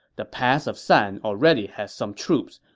the pass of san already has some troops,